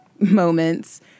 moments